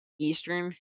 Eastern